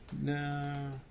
no